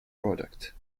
product